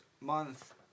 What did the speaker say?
month